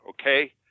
Okay